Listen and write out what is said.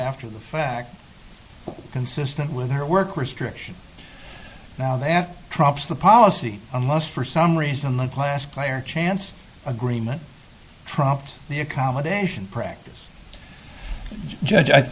after the fact consistent with her work restrictions now that prompts the policy a must for some reason one class player a chance agreement tromped the accommodation practice judge